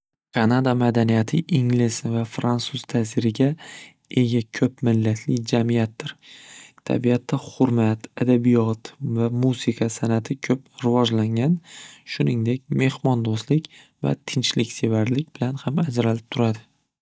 Kanada madaniyati ingliz va fransuz ta'siriga ega ko'p millatli jamiyatdir tabiatda xurmat adabiyot va musiqa san'ati ko'p rivojlangan shuningdek mehmondo'stlik va tinchliksevarlik bilan ham ajralib turadi.